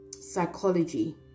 psychology